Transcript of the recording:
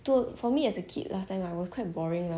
so for me as a kid last time it was quite boring lah